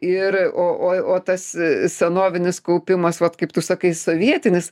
ir o o o tas senovinis kaupimas vat kaip tu sakai sovietinis